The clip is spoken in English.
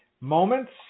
moments